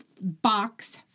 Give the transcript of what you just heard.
box